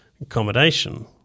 accommodation